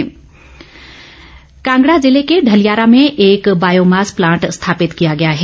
biomass plant Kangra जिले के ढलियारा में एक बायोमास प्लांट स्थापित किया गया है